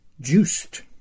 juiced